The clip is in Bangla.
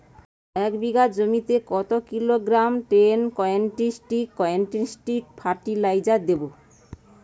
এক বিঘা জমিতে কত kilogram ten twenty six twenty six fertiliser দেবো?